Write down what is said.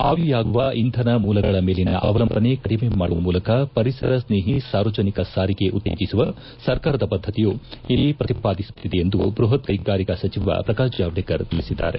ಅವಿಯಾಗುವ ಇಂಧನ ಮೂಲಗಳ ಮೇಲಿನ ಅವಲಂಬನೆ ಕಡಿಮ ಮಾಡುವ ಮೂಲಕ ಪರಿಸರ ಸ್ನೇಒ ಸಾರ್ವಜನಿಕ ಸಾರಿಗೆ ಉತ್ತೇಜಸುವ ಸರ್ಕಾರದ ಬದ್ಧತೆಯು ಇಲ್ಲಿ ಪ್ರಕಿಪಾದಿಸುತ್ತಿದೆ ಎಂದು ಬೃಪತ್ ಕೈಗಾರಿಕಾ ಸಚಿವ ಪ್ರಕಾಶ್ ಜಾವಡೇಕರ್ ತಿಳಿಸಿದ್ದಾರೆ